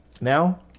Now